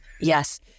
Yes